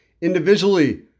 Individually